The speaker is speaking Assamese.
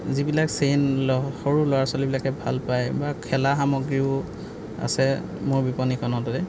যিবিলাক চেইন সৰু ল'ৰা ছোৱালীবিলাকে ভাল পায় বা খেলা সামগ্ৰীও আছে মোৰ বিপণিখনতে